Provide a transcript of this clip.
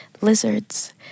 lizards